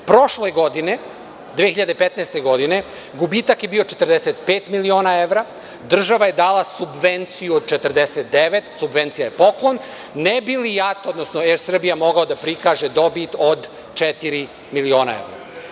Prošle godine 2015. godine gubitak je bio 45 miliona evra, država je dala subvenciju od 49, subvencija je poklon, ne bi li JAT, odnosno „Er Srbija“ mogao da prikaže dobit od 4 miliona evra.